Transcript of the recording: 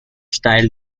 style